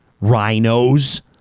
Rhinos